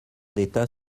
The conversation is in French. d’état